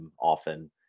often